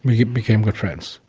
we became good friends.